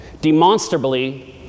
demonstrably